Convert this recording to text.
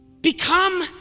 Become